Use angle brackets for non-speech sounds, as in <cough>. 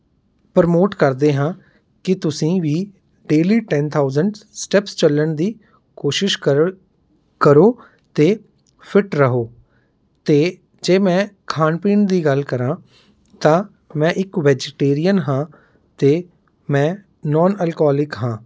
promote ਕਰਦੇ ਹਾਂ ਕਿ ਤੁਸੀਂ ਵੀ ਡੇਲੀ ਟੈਨ ਥਾਊਸੈਂਡ ਸਟੈਪਸ ਚੱਲਣ ਦੀ ਕੋਸ਼ਿਸ਼ <unintelligible> ਕਰੋ ਅਤੇ ਫਿੱਟ ਰਹੋ ਅਤੇ ਜੇ ਮੈਂ ਖਾਣ ਪੀਣ ਦੀ ਗੱਲ ਕਰਾਂ ਤਾਂ ਮੈਂ ਇੱਕ ਵੈਜੀਟੇਰੀਅਨ ਹਾਂ ਅਤੇ ਮੈਂ ਨੌਨ ਐਲਕੋਹਲਿਕ ਹਾਂ